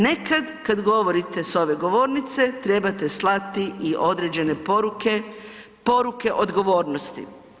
Nekad kad govorite s ove govornice trebate slati i određene poruke, poruke odgovornosti.